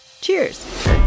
cheers